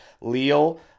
Leo